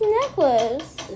necklace